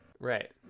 Right